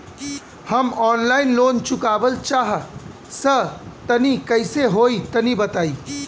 हम online loan चुकावल चाहऽ तनि कइसे होई तनि बताई?